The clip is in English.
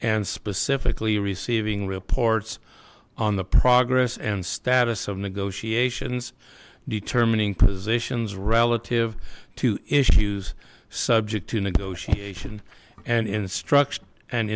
and specifically receiving reports on the progress and status of negotiations determining positions relative to issues subject to negotiation and instruction and